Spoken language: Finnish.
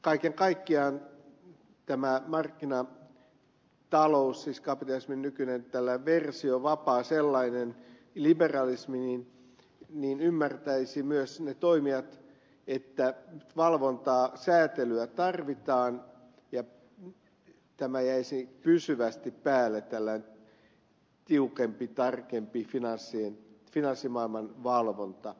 kaiken kaikkiaan toivottavasti kun on tämä markkinatalous siis kapitalismin nykyinen tällainen versio vapaa sellainen liberalismi ymmärtäisivät myös ne toimijat että valvontaa ja säätelyä tarvitaan ja jäisi pysyvästi päälle tällainen tiukempi tarkempi finanssimaailman valvonta